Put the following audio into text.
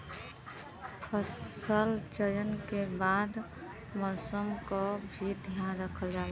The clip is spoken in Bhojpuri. फसल चयन के बाद मौसम क भी ध्यान रखल जाला